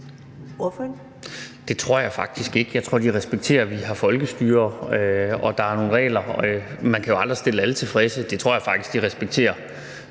Det tror jeg faktisk ikke. Jeg tror, at de respekterer, at vi har folkestyre, og at der er nogle regler. Man kan jo aldrig stille alle tilfredse, så det tror jeg faktisk de respekterer.